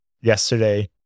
yesterday